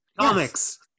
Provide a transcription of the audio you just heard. Comics